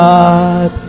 God